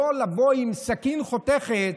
לא לבוא עם סכין חותכת,